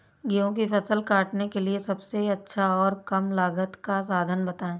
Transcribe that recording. गेहूँ की फसल काटने के लिए सबसे अच्छा और कम लागत का साधन बताएं?